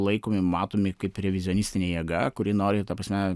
laikomi matomi kaip revizionistinė jėga kuri nori ta prasme